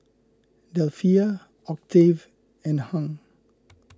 Delphia Octave and Hung